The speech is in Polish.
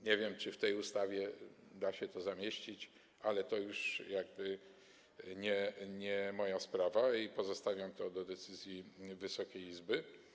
Nie wiem, czy w tej ustawie da się to zamieścić, ale to już jakby nie moja sprawa i pozostawiam to do decyzji Wysokiej Izby.